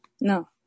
No